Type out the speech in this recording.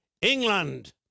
England